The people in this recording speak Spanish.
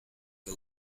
que